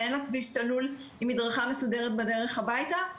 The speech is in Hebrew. ואין לה כביש סלול עם מדרכה מסודרת בדרך הביתה,